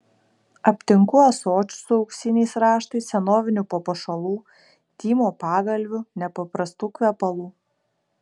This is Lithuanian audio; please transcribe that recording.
aptinku ąsočių su auksiniais raštais senovinių papuošalų tymo pagalvių nepaprastų kvepalų